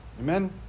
Amen